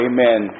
Amen